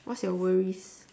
what's your worries